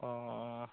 অ' অ'